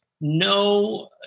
no